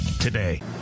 today